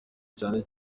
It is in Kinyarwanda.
cyane